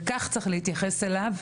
וכך צריך להתייחס אליו.